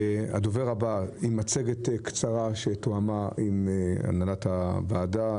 הדובר הבא, עם מצגת קצרה שתואמה עם הנהלת הוועדה,